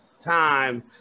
Time